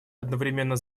одновременно